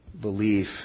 belief